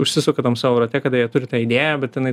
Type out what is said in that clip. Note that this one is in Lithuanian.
užsisuka tam savo rate kada jie turi tą idėją bet jinai